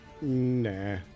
Nah